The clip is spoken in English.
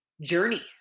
journey